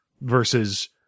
versus